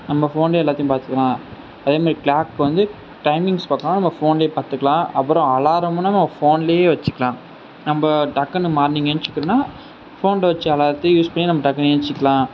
நம்ம ஃபோன்லேயே எல்லாத்தையும் பார்த்துக்குலாம் அதே மாதிரி க்ளாக் வந்து டைமிங்ஸ் பார்க்குலாம் நம்ம ஃபோன்லேயே பார்த்துக்குலாம் அப்பறம் அலாரமெலாம் நம்ம ஃபோன்லேயே வச்சிக்கலாம் நம்ம டக்குன்னு மார்னிங் ஏன்ச்சிகுனால் ஃபோனில் வச்ச அலாரத்தை யூஸ் பண்ணி நம்ம டக்குன்னு ஏன்ச்சிக்கலாம்